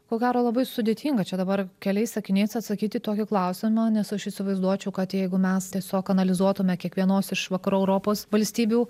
ko gero labai sudėtinga čia dabar keliais sakiniais atsakyti į tokį klausimą nes aš įsivaizduočiau kad jeigu mes tiesiog analizuotume kiekvienos iš vakarų europos valstybių